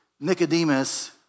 Nicodemus